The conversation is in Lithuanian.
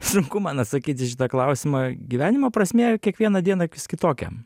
sunku man atsakyt į šitą klausimą gyvenimo prasmė kiekvieną dieną vis kitokia